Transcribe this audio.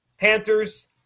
Panthers